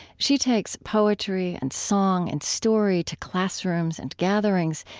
she takes poetry and song and story to classrooms and gatherings,